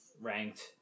ranked